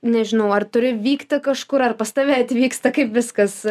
nežinau ar turi vykti kažkur ar pas tave atvyksta kaip viskas